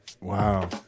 wow